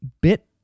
bit